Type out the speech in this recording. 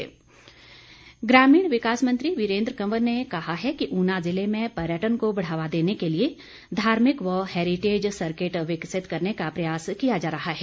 वीरेन्द्र कंवर ग्रामीण विकास मंत्री वीरेन्द्र कंवर ने कहा है कि ऊना जिले में पर्यटन को बढ़ावा देने के लिए धार्मिक व हैरीटेज सर्किट विकसित करने का प्रयास किया जा रहा है